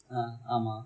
ah ஆமா:aamaa